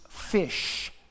Fish